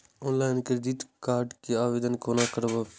Online credit card के आवेदन कोना करब?